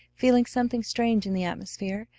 feeling something strange in the atmosphere,